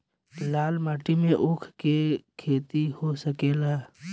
लाल माटी मे ऊँख के खेती हो सकेला?